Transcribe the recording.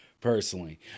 personally